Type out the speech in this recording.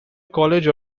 college